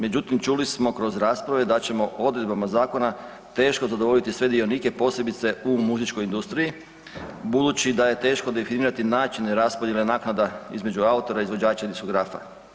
Međutim, čuli smo kroz rasprave da ćemo odredbama zakona teško zadovoljiti sve dionike, posebice u muzičkoj industriji budući da je teško definirati načine raspodjele naknada između autora, izvođača i diskografa.